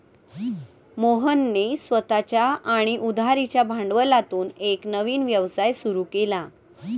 मोहनने स्वतःच्या आणि उधारीच्या भांडवलातून एक नवीन व्यवसाय सुरू केला